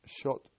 shot